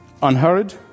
unhurried